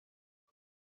کنی